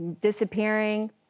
disappearing